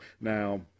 Now